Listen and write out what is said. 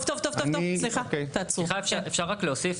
סליחה, אפשר רק להוסיף?